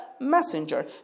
messenger